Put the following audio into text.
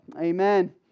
Amen